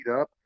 up